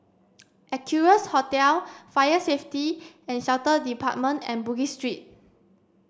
Equarius Hotel Fire Safety and Shelter Department and Bugis Street